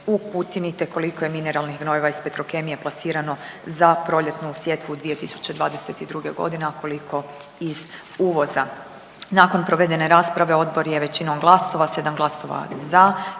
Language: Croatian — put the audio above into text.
u Kutini te koliko je mineralnih gnojiva iz Petrokemije plasirano za proljetnu sjetvu 2022.g., a koliko iz uvoza. Nakon provedene rasprave odbor je većinom glasova sedam glasova za